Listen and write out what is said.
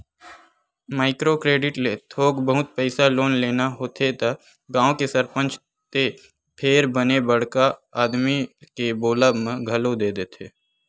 micro credit ले थोक बहुत पइसा लोन लेना होथे त गाँव के सरपंच ते फेर बने बड़का आदमी के बोलब म घलो दे देथे